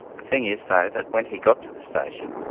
the thing is, though, that when he got to the station,